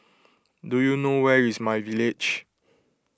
do you know where is MyVillage